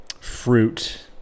fruit